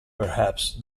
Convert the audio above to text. perhaps